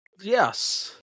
Yes